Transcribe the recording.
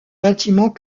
bâtiment